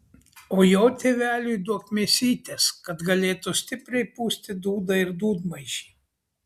o jo tėveliui duok mėsytės kad galėtų stipriai pūsti dūdą ir dūdmaišį